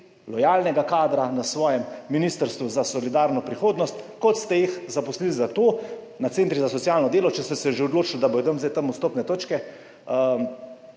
lojalnega kadra na svojem ministrstvu za solidarno prihodnost, kot ste jih zaposlili za to na centrih za socialno delo, če ste se že odločili, da bodo tam zdaj tam vstopne točke,